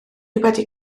wedi